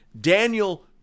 Daniel